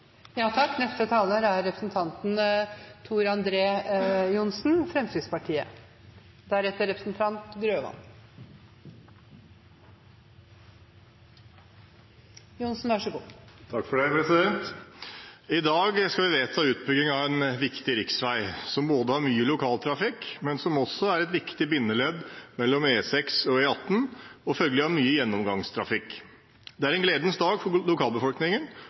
I dag skal vi vedta utbygging av en viktig riksvei, som både har mye lokaltrafikk, og som også er et viktig bindeledd mellom E6 og E18 og følgelig har mye gjennomgangstrafikk. Det er en gledens dag for lokalbefolkningen